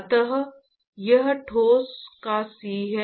अत यह ठोस का C है